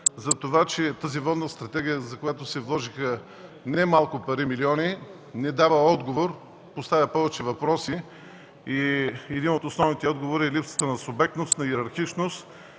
събрание – тази Водна стратегия, за която се вложиха немалко пари – милиони, не дава отговор, а поставя повече въпроси. Един от основните въпроси е липсата на субектност, на йерархичност.